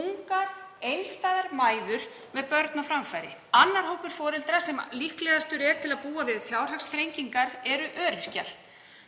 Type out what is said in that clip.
ungar einstæðar mæður með börn á framfæri. Annar hópur foreldra sem líklegastur er til að búa við fjárhagsþrengingar er öryrkjar.